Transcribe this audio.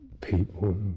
people